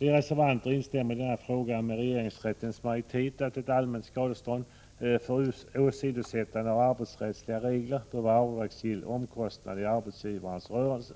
Vi reservanter instämmer i denna fråga med regeringsrättens majoritet att ett allmänt skadestånd för åsidosättande av arbetsrättsliga regler bör vara avdragsgill omkostnad i arbetsgivarens rörelse.